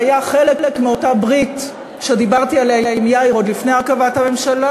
זה היה חלק מאותה ברית שדיברתי עליה עם יאיר עוד לפני הרכבת הממשלה,